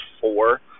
four